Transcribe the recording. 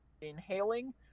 inhaling